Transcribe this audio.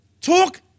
Talk